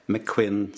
McQuinn